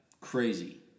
Crazy